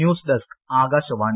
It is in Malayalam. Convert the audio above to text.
news desk Akashvani